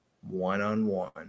one-on-one